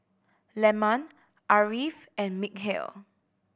Leman Ariff and Mikhail